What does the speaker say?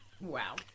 Wow